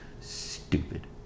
stupid